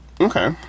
Okay